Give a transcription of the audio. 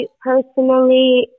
personally